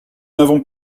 n’avons